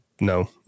no